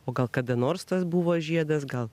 o gal kada nors tas buvo žiedas gal